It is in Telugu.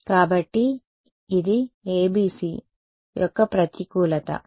కాబట్టి ఇది ABC ok యొక్క ప్రతికూలత